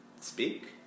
speak